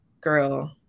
girl